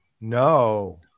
no